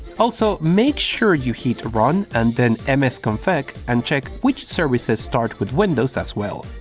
also, make sure you hit run and then msconfig and check which services start with windows as well.